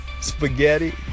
spaghetti